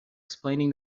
explaining